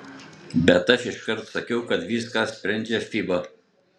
bet aš iškart sakiau kad viską sprendžia fiba